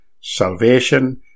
salvation